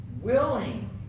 willing